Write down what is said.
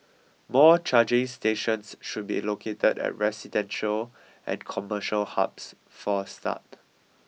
more charging stations should be located at residential and commercial hubs for a start